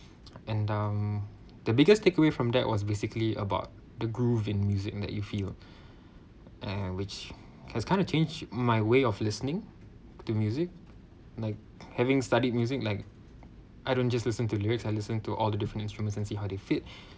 and um the biggest takeaway from that was basically about the groove in music that you feel and which has kind of changed my way of listening to music like having studied music like I don't just listen to lyrics I listen to all the different instruments and see how they fit